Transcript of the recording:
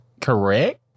correct